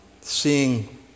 seeing